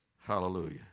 Hallelujah